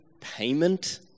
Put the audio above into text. payment